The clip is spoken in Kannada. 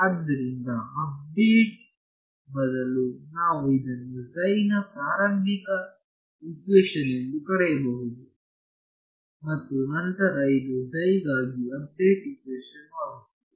ಆದ್ದರಿಂದ ಅಪ್ಡೇಟ್ ಬದಲು ನಾವು ಇದನ್ನು ನ ಪ್ರಾರಂಭಿಕ ಇಕ್ವೇಶನ್ ಎಂದು ಕರೆಯಬಹುದು ಮತ್ತು ನಂತರ ಇದು ಗಾಗಿ ಅಪ್ಡೇಟ್ ಇಕ್ವೇಶನ್ ವಾಗುತ್ತದೆ